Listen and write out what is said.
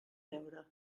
beure